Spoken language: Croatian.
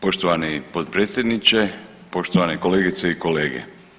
Poštovani potpredsjedniče, poštovane kolegice i kolege.